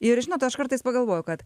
ir žinot aš kartais pagalvoju kad